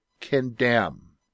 condemn